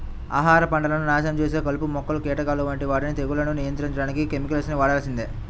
ఆహార పంటలను నాశనం చేసే కలుపు మొక్కలు, కీటకాల వంటి వాటిని తెగుళ్లను నియంత్రించడానికి కెమికల్స్ ని వాడాల్సిందే